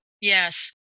Yes